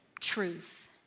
truth